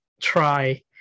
try